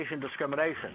discrimination